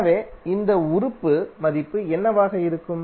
எனவே இந்த உறுப்பு மதிப்பு என்னவாக இருக்கும்